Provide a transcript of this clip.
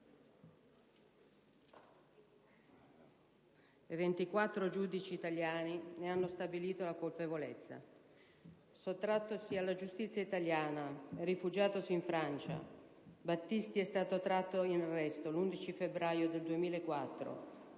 24 giudici italiani ne hanno stabilito la colpevolezza. Sottrattosi alla giustizia italiana e rifugiatosi in Francia, Battisti è stato tratto in arresto l'11 febbraio 2004,